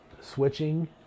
switching